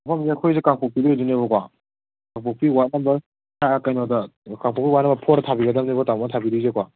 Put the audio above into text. ꯃꯐꯝꯁꯤꯅ ꯑꯩꯈꯣꯏꯁꯤ ꯀꯥꯡꯄꯣꯛꯄꯤꯗꯒꯤ ꯑꯣꯏꯗꯣꯏꯅꯦꯕꯀꯣ ꯀꯥꯡꯄꯣꯛꯄꯤ ꯋꯥꯠ ꯅꯝꯕꯔ ꯀꯩꯅꯣꯗ ꯀꯥꯡꯄꯣꯛꯄꯤ ꯋꯥꯠ ꯅꯝꯕꯔ ꯐꯣꯔꯗ ꯊꯥꯕꯤꯒꯗꯝꯅꯤꯕ ꯇꯥꯃꯣꯅ ꯊꯥꯕꯤꯔꯤꯁꯦꯀꯣ